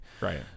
Right